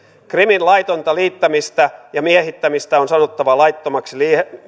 krimin laitonta liittämistä ja miehittämistä on sanottava laittomaksi